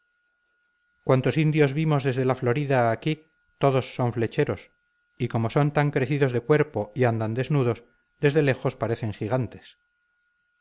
cuantos indios vimos desde la florida aquí todos son flecheros y como son tan crecidos de cuerpo y andan desnudos desde lejos parecen gigantes